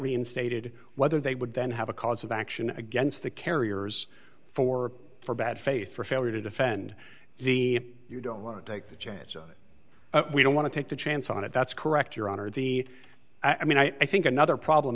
reinstated whether they would then have a cause of action against the carriers for for bad faith for failure to defend the you don't want to take the chance we don't want to take a chance on it that's correct your honor the i mean i think another problem